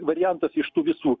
variantas iš tų visų